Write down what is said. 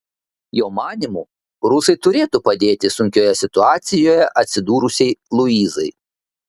jo manymu rusai turėtų padėti sunkioje situacijoje atsidūrusiai luizai